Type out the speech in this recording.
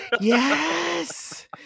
Yes